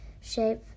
shape